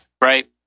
right